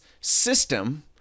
system